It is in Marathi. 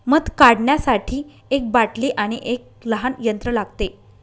मध काढण्यासाठी एक बाटली आणि एक लहान यंत्र लागते